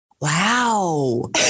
Wow